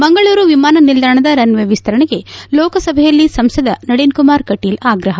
ಮಂಗಳೂರು ವಿಮಾನ ನಿಲ್ದಾಣದ ರನ್ವೇ ವಿಸ್ತರಣೆಗೆ ಲೋಕಸಭೆಯಲ್ಲಿ ಸಂಸದ ನಳಿನ್ ಕುಮಾರ್ ಕಟೀಲ್ ಆಗ್ರಹ